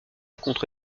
contre